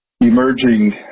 emerging